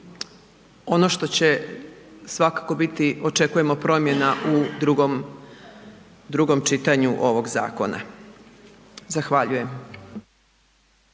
ono što će svakako biti, očekujemo promjena u drugom čitanju ovog zakona. Zahvaljujem.